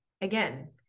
Again